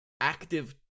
active